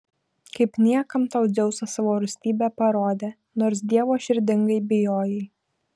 kaip niekam tau dzeusas savo rūstybę parodė nors dievo širdingai bijojai